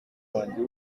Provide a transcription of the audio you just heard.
wanjye